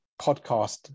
podcast